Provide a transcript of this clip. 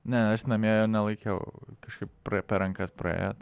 ne aš namie nelaikiau kažkaip per per rankas praėjo tai